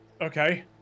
okay